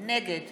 נגד